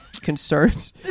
concerns